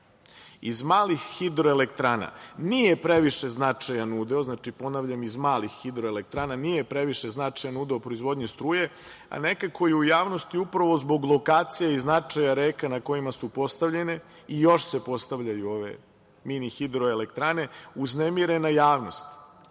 Iz malih hidroelektrana, nije previše značajan udeo, ponavljam, iz malih hidroelektrana nije previše značajan udeo u proizvodnji struje, a nekako je u javnosti upravo zbog lokacije i značaja reka na kojima su postavljene i još se postavljaju ove mini hidroelektrane uznemirena javnost.